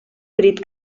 crit